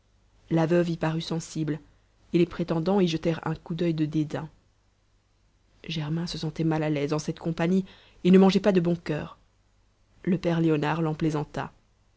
la veuve y parut sensible et les prétendants y jetèrent un coup d'il de dédain germain se sentait mal à l'aise en cette compagnie et ne mangeait pas de bon cur le père léonard l'en plaisanta